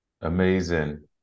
Amazing